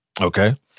Okay